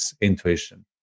intuition